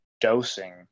dosing